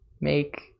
make